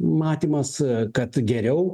matymas kad geriau